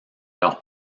leur